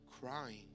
crying